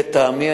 לטעמי,